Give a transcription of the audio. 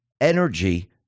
energy